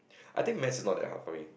I think maths is not that hard for me